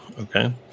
okay